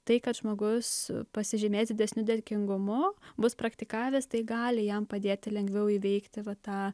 tai kad žmogus pasižymės didesniu dėkingumu bus praktikavęs tai gali jam padėti lengviau įveikti va tą